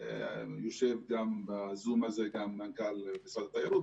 ויושב בזום הזה גם מנכ"ל משרד התיירות,